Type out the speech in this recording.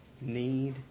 need